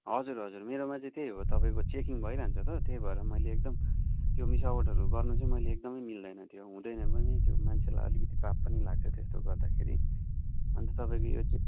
हजुर हजुर मेरोमा चाहिँ त्यही हो तपाईँको चेकिङ भइरहन्छ त त्यही भएर मैले एकदम त्यो मिसावटहरू गर्नु चाहिँ मैले एकदमै मिल्दैन त्यो हुँदैन पनि त्यो मान्छेलाई अलिकति पाप पनि लाग्छ तेस्तो गर्दाखेरि अन्त तपैको यो चै